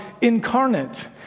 incarnate